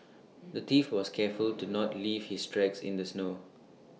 the thief was careful to not leave his tracks in the snow